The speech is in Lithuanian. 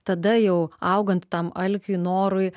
tada jau augant tam alkiui norui